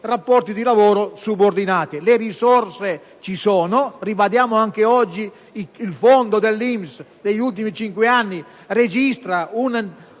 rapporti di lavoro subordinato. Le risorse ci sono. Ribadiamo anche oggi che il fondo dell'INPS negli ultimi cinque anni ha registrato un